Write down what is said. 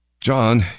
John